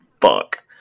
fuck